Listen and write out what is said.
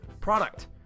product